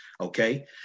okay